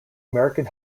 american